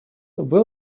был